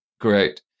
Great